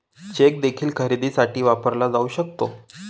check देखील खरेदीसाठी वापरला जाऊ शकतो